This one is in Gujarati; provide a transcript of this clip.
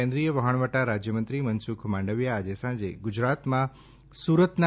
કેન્દ્રીય વહાણવટા રાજ્યમંત્રી મનસુખ માંડવિયા આજે સાંજે ગુજરાતમાં સુરતના